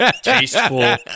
tasteful